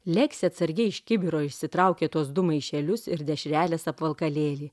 lėksi atsargiai iš kibiro išsitraukė tuos du maišelius ir dešrelės apvalkalėlį